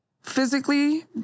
physically